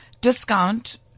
discount